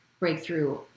Breakthrough